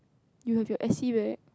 you'll have F_C right